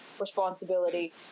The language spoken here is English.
responsibility